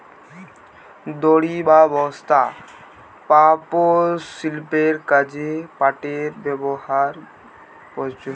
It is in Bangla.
দড়ি, বস্তা, পাপোষ, শিল্পের কাজে পাটের ব্যবহার প্রচুর